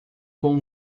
com